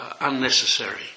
unnecessary